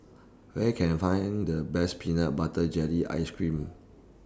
Where Can I Find The Best Peanut Butter Jelly Ice Cream